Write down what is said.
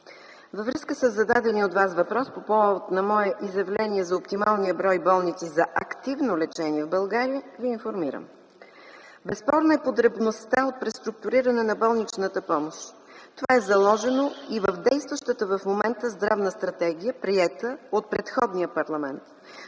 връзка със зададения от Вас въпрос по повод на мое изявление за оптималния брой болници за активно лечение в България Ви информирам. Безспорна е потребността от преструктуриране на болничната помощ. Това е заложено и в действащата в момента Здравна стратегия, приета от предходния парламент.